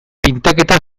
pintaketa